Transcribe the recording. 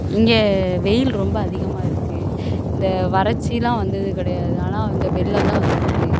இங்கே வெயில் ரொம்ப அதிகமாக இருக்குது இந்த வறட்சியெல்லாம் வந்தது கிடையாது ஆனால் இந்த வெள்ளம் தான் வந்திருக்கு